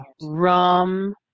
rum